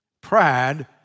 Pride